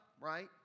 right